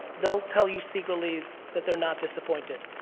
they'll tell you secretly that they're not disappointed.